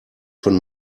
von